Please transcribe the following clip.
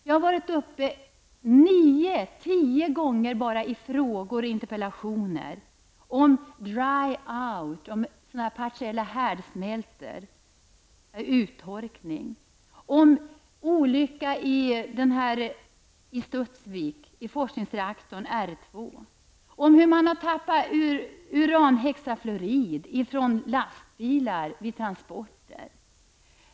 Jag har varit uppe nio eller tio gånger i frågor och interpellationer om t.ex. dry out, om partiella härdsmältor med uttorkning, om en olycka i forskningsreaktorn R2 i Studsvik, om hur man har tappat uranhexafluorid från lastbilar vid transporter.